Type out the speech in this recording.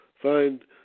find